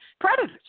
predators